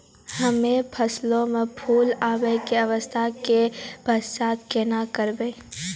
हम्मे फसलो मे फूल आबै के अवस्था के पहचान केना करबै?